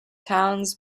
towns